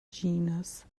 genus